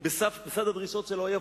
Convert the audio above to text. בסף הדרישות של האויב.